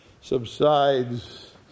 subsides